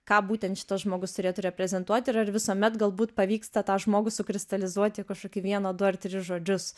ką būtent šitas žmogus turėtų reprezentuoti ir ar visuomet galbūt pavyksta tą žmogų sukristalizuoti į kažkokį vieną du ar tris žodžius